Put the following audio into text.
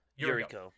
Yuriko